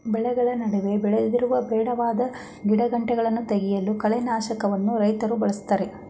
ಬೆಳೆಗಳ ನಡುವೆ ಬೆಳೆದಿರುವ ಬೇಡವಾದ ಗಿಡಗಂಟೆಗಳನ್ನು ತೆಗೆಯಲು ಕಳೆನಾಶಕಗಳನ್ನು ರೈತ್ರು ಬಳ್ಸತ್ತರೆ